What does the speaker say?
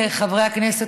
חברי הכנסת,